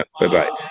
Bye-bye